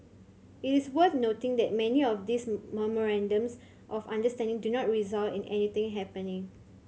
it is worth noting that many of these memorandums of understanding do not result in anything happening